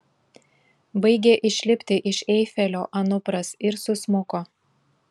baigė išlipti iš eifelio anupras ir susmuko